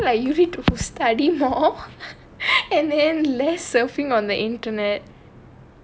ya I feel like you need to study for all and then lay surfing on the internet